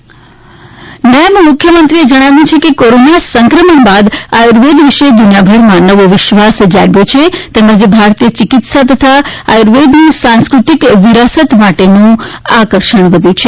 નીતિન પટેલ નાયબ મુખ્મમંત્રીશ્રીએ જણાવ્યું છે કે કોરોના સંક્રમણ બાદ આયુર્વેદ વિશે દુનિયાભરમાં નવો વિશ્વાસ જાગ્યો છે તેમજ ભારતીય ચિકિત્સા તથા આયુર્વેદની સાંસ્કૃતિક વિરાસત માટેનું આકર્ષણ વધ્યું છે